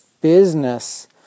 business